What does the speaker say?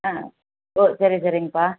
ஆ ஓ சரி சரிங்கப்பா